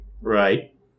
Right